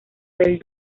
del